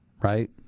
Right